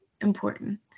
important